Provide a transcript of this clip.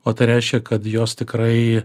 o tai reiškia kad jos tikrai